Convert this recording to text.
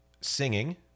singing